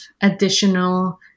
additional